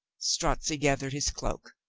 strozzi gathered his cloak.